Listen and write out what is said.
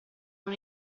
non